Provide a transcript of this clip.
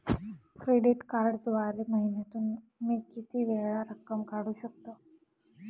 Credit कार्डद्वारे महिन्यातून मी किती वेळा रक्कम काढू शकतो?